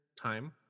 time